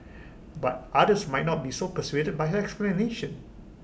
but others might not be so persuaded by her explanation